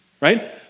right